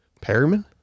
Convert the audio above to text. Perryman